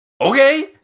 okay